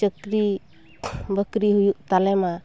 ᱪᱟᱹᱠᱨᱤ ᱵᱟᱹᱠᱨᱤ ᱦᱩᱭᱩᱜ ᱛᱟᱞᱮᱢᱟ